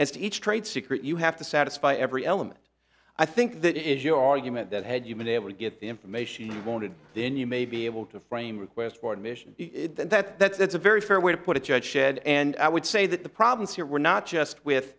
and each trade secret you have to satisfy every element i think that is your argument that had you been able to get the information you wanted then you may be able to frame requests for admission and that that's a very fair way to put it judge said and i would say that the problems here were not just with